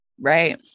right